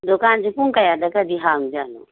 ꯗꯨꯀꯥꯟꯁꯤ ꯄꯨꯡ ꯀꯌꯥꯗꯀꯗꯤ ꯍꯥꯡꯕ ꯖꯥꯠꯅꯣ